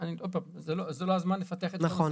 זה לא הזמן לפתח את הנושאים.